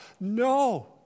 No